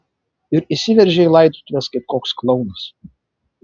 ir įsiveržei į laidotuves kaip koks klounas